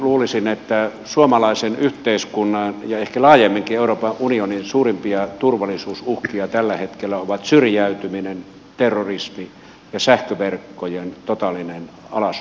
luulisin että suomalaisen yhteiskunnan ja ehkä laajemminkin euroopan unionin suurimpia turvallisuusuhkia tällä hetkellä ovat syrjäytyminen terrorismi ja sähköverkkojen totaalinen alas romahtaminen